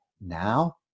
now